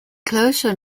closure